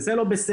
וזה לא בסדר.